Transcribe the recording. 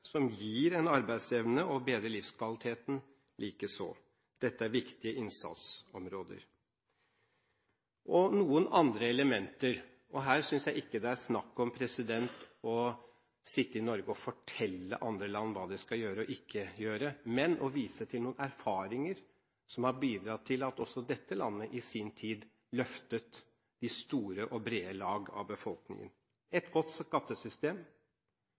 som gir arbeidsevne og bedrer livskvaliteten, likeså. Dette er viktige innsatsområder, pluss noen andre elementer. Her synes jeg ikke det er snakk om at vi i Norge sitter og forteller hva andre land skal gjøre og ikke gjøre. Men vi viser til noen erfaringer som bidro til at dette landet i sin tid løftet det store og brede lag av befolkningen, f.eks. et godt skattesystem,